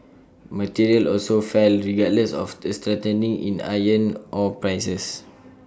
materials also fell regardless of A strengthening in iron ore prices